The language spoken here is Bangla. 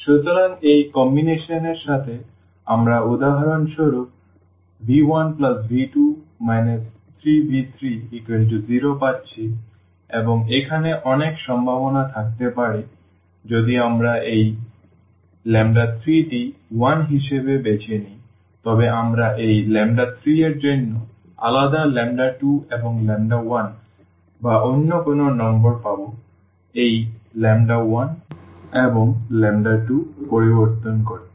সুতরাং এই কম্বিনেশন এর সাথে আমরা উদাহরণস্বরূপ v1v2 3v30 পাচ্ছি এবং এখানে অনেক সম্ভাবনা থাকতে পারে যদি আমরা এই 3টি 1 হিসাবে বেছে নিই তবে আমরা এই 3 এর জন্য আলাদা 2 এবং 1 বা অন্য কোনও নম্বর পাব এই 1 এবং 2 পরিবর্তন করতে